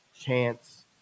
chance